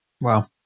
Wow